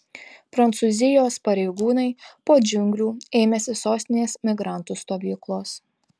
prancūzijos pareigūnai po džiunglių ėmėsi sostinės migrantų stovyklos